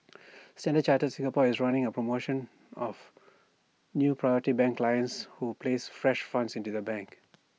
standard chartered Singapore is running A promotion of new priority banking clients who places fresh funds into the bank